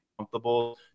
comfortable